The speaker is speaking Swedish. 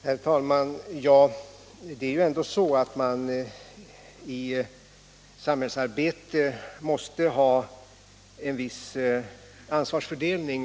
Herr talman! Det är ju ändå så att man i samhällsarbetet måste ha Om gruvbrytning i en viss ansvarsfördelning.